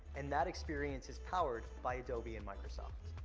and that experience is powered by adobe and microsoft.